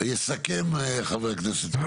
יסכם חבר הכנסת שירי.